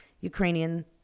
Ukrainian